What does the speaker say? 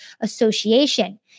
Association